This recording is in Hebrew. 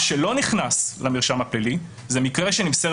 מה שלא נכנס למרשם הפלילי זה מקרה שבו נמסרת